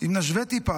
אם נשווה טיפה,